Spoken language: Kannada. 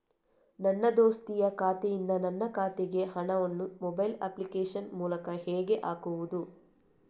ನನ್ನ ದೋಸ್ತಿಯ ಖಾತೆಯಿಂದ ನನ್ನ ಖಾತೆಗೆ ಹಣವನ್ನು ಮೊಬೈಲ್ ಅಪ್ಲಿಕೇಶನ್ ಮೂಲಕ ಹೇಗೆ ಹಾಕುವುದು?